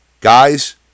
Guys